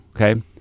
okay